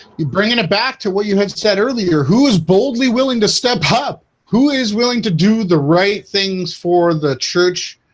you bring it back to what you had said earlier who is boldly willing to step up who is willing to do the right things for the church?